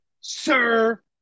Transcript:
sir